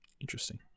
Interesting